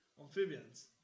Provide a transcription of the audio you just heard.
Amphibians